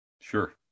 Sure